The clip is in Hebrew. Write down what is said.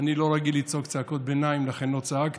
אני לא רגיל לצעוק צעקות ביניים, לכן לא צעקתי,